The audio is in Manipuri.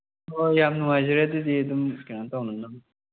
ꯍꯣꯏꯍꯣꯏ ꯌꯥꯝ ꯅꯨꯡꯉꯥꯏꯖꯔꯦ ꯑꯗꯨꯗꯤ ꯑꯗꯨꯝ ꯀꯩꯅꯣ ꯇꯧꯅꯅꯕ